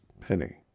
penny